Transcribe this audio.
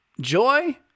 Joy